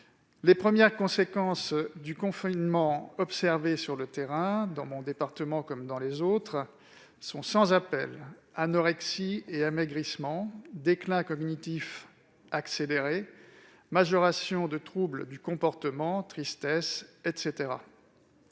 Les premières conséquences du confinement observées sur le terrain, dans mon département comme ailleurs, sont sans appel : anorexie et amaigrissement, déclin cognitif accéléré, majoration de troubles du comportement, tristesse, etc.